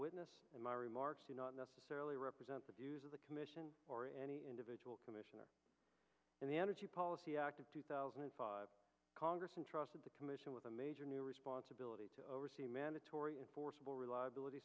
witness in my remarks do not necessarily represent the views of the commission or any individual commissioner and the energy policy act of two thousand and five congress and trust of the commission with a major new responsibility to oversee mandatory enforceable reliability